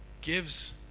gives